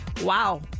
wow